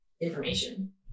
information